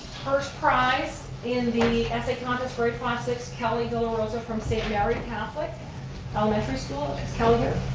first prize in the essay contest, grade five, six, kelly de la rosa from saint mary catholic elementary school. is kelly